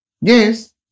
Yes